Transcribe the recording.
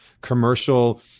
commercial